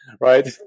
right